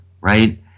right